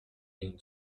این